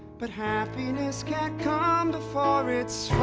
but happiness can't come before it's